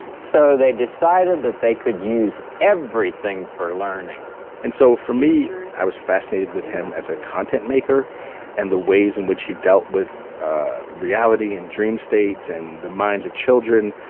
so they decided that they could use everything for learning and so for me, i was fascinated with him as a content maker and the ways in which he dealt with reality and dream states and the minds of children.